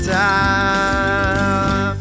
time